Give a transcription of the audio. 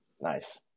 Nice